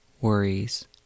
worries